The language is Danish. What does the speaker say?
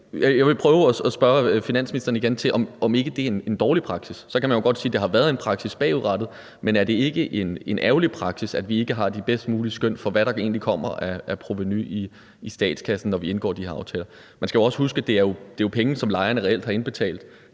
Jeg vil prøve igen at spørge finansministeren, om ikke det er en dårlig praksis. Man kan jo godt sige, at der har været en praksis bagudrettet, men er det ikke en ærgerlig praksis, at vi ikke har de bedst mulige skøn for, hvad der egentlig kommer af provenu i statskassen, når vi indgår de her aftaler? Man skal også huske, at det jo er penge, som lejerne reelt har indbetalt